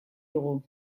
dugu